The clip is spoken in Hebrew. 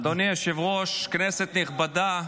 אדוני היושב-ראש, כנסת נכבדה,